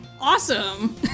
Awesome